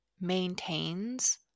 maintains